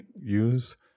use